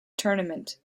tournament